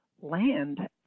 Land